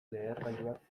lehergailuak